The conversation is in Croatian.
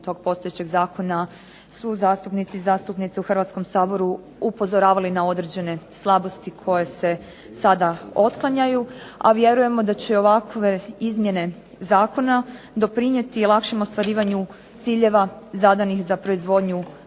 tog postojećeg zakona su zastupnice i zastupnici u Hrvatskom saboru upozoravali na određene slabosti koje se sada otklanjaju, a vjerujemo da će ovakve izmjene zakona doprinijeti lakšem ostvarivanju ciljeva zadanih za proizvodnju